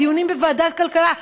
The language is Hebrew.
הדיונים בוועדת כלכלה,